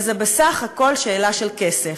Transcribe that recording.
וזה בסך הכול שאלה של כסף.